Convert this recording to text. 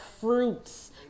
fruits